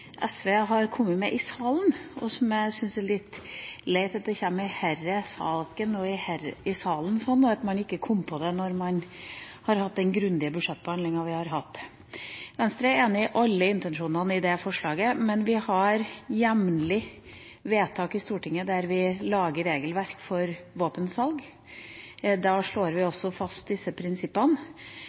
SV har kommet med i salen, og som jeg syns er litt leit kommer i denne saken og i salen – at man ikke kom på det før, når man har hatt den grundige budsjettbehandlinga vi har hatt. Venstre er enig i alle intensjonene i forslaget, men vi har jevnlig vedtak i Stortinget der vi lager regelverk for våpensalg. Da slår vi også fast disse prinsippene,